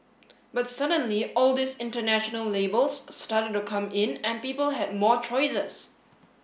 but suddenly all these international labels started to come in and people had more choices